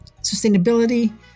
sustainability